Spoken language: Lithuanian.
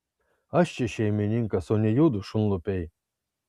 aš čia šeimininkas o ne judu šunlupiai